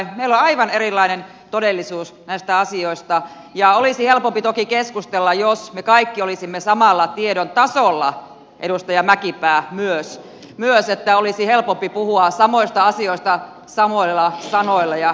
meillä on aivan erilainen todellisuus näistä asioista ja olisi helpompi toki keskustella jos me kaikki olisimme samalla tiedon tasolla edustaja mäkipää myös että olisi helpompi puhua samoista asioista samoilla sanoilla ja kielillä